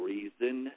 Reason